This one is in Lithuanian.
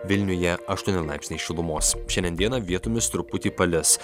vilniuje aštuoni laipsniai šilumos šiandien dieną vietomis truputį palis